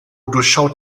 durchschaut